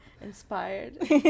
Inspired